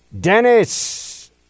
Dennis